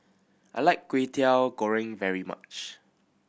I like Kwetiau Goreng very much